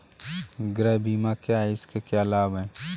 गृह बीमा क्या है इसके क्या लाभ हैं?